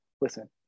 Listen